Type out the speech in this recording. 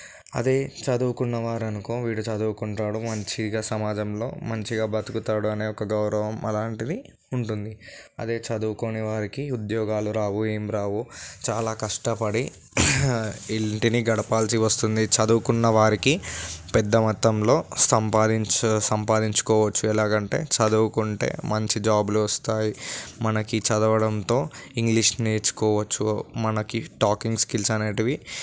అదే చదువుకున్నవారనుకో వీడు చదువుకుంటాడు మంచిగా సమాజంలో మంచిగా బతుకుతాడు అనే ఒక గౌరవం అలాంటిది ఉంటుంది అదే చదువుకోని వారికి ఉద్యోగాలు రావు ఏం రావు చాలా కష్టపడి ఇంటిని గడపాల్చి వస్తుంది చదువుకున్నవారికి పెద్ద మొత్తంలో సంపాదించు సంపాదించుకోవచ్చు ఎలాగంటే చదువుకుంటే మంచి జాబులు వస్తాయి మనకి చదవడంతో ఇంగ్లీష్ నేర్చుకోవచ్చు మనకి టాకింగ్ స్కిల్స్ అనేవి